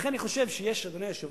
לכן אני חושב, אדוני היושב-ראש,